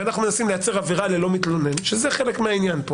ואנחנו מנסים לייצר עבירה ללא מתלונן שזה חלק מהעניין פה